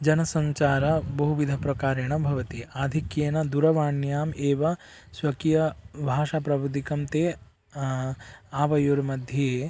जनसञ्चारः बहुविधप्रकारेण भवति आधिक्येन दूरवाण्याम् एव स्वकीयभाषाप्रभृतिकं ते आवयोर्मध्ये